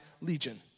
legion